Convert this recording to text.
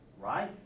Right